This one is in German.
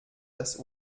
das